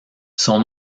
son